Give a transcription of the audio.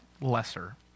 lesser